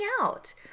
out